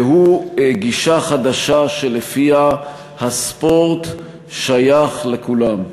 והוא גישה חדשה שלפיה הספורט שייך לכולם.